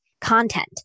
content